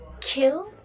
kill